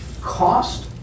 cost